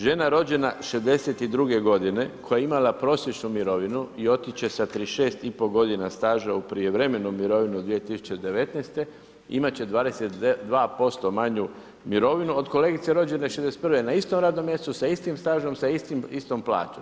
Žena rođena '62. godine koja je imala prosječnu mirovinu i otići će sa 36,5 godina staža u prijevremenu mirovinu 2019. imat će 22% manju mirovinu od kolegice rođene '61. na istom radnom mjestu, sa istim stažom, sa istom plaćom.